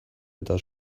eta